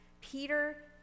Peter